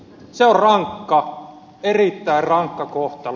se on rankka erittäin rankka kohtalo